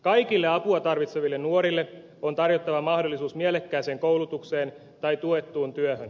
kaikille apua tarvitseville nuorille on tarjottava mahdollisuus mielekkääseen koulutukseen tai tuettuun työhön